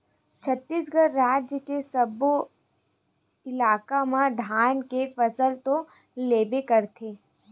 छत्तीसगढ़ राज के सब्बो इलाका म धान के फसल तो लेबे करथे